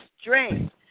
strength